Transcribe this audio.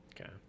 Okay